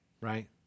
Right